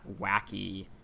wacky